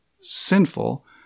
sinful